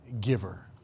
giver